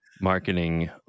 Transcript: marketing